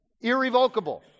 Irrevocable